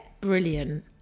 Brilliant